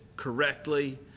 correctly